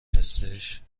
هستش